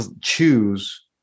choose